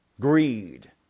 greed